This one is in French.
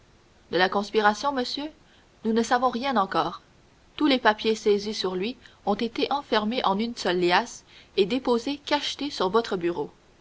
de la conspiration monsieur nous ne savons rien encore tous les papiers saisis sur lui ont été enfermés en une seule liasse et déposés cachetés sur votre bureau